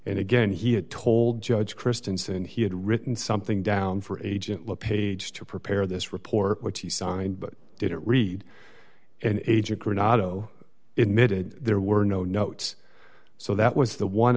and again he had told judge christensen he had written something down for agent le page to prepare this report which he signed but didn't read and aged coronado emitted there were no notes so that was the one